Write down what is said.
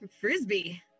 Frisbee